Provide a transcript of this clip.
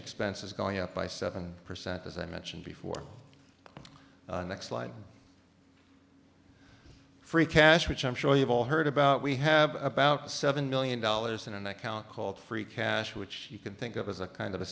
expense is going up by seven percent as i mentioned before next line free cash which i'm sure you've all heard about we have about seven million dollars in an account called free cash which you can think of as a kind of